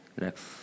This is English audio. Next